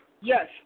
Yes